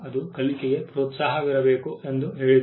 ಅದು ಕಲಿಕೆಗೆ ಪ್ರೋತ್ಸಾಹವಿರಬೇಕು ಎಂದು ಹೇಳಿದೆ